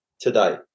today